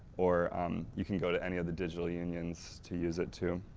or you can go to any of the digital unions to use it too.